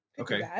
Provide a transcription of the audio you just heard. okay